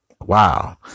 wow